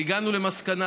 והגענו למסקנה,